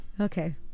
Okay